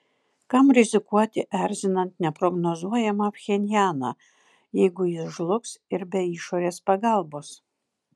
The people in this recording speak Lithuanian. kam rizikuoti erzinant neprognozuojamą pchenjaną jeigu jis žlugs ir be išorės pagalbos